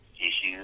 issues